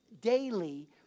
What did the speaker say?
daily